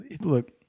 look